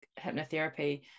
hypnotherapy